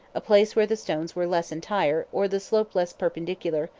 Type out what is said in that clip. a place where the stones were less entire, or the slope less perpendicular,